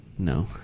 No